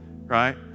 right